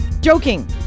joking